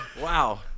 Wow